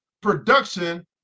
production